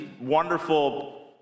wonderful